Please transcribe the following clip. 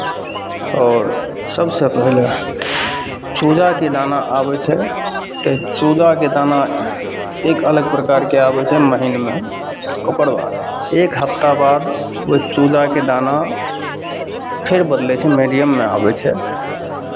आओर सभसँ पहिले चूजाके दाना आबै छै तऽ चूजाके दाना एक अलग प्रकारके आबै छै महीनमे ओकर बाद एक हफ्ता बाद ओहि चूजाके दाना फेर बदलै छै मीडियममे आबै छै